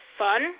fun